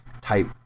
type